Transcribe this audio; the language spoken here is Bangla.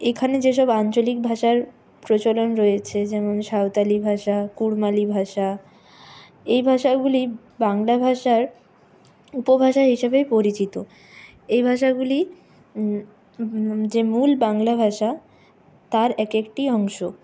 এখানে যেসব আঞ্চলিক ভাষার প্রচলন রয়েছে যেমন সাঁওতালি ভাষা কুড়মালি ভাষা এই ভাষাগুলি বাংলা ভাষার উপভাষা হিসেবে পরিচিত এই ভাষাগুলি যে মূল বাংলা ভাষা তার এক একটি অংশ